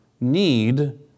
need